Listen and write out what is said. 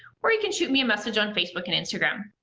or you can shoot me a message on facebook and instagram.